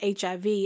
HIV